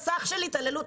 מסך של התעללות.